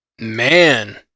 Man